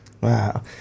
Wow